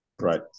Right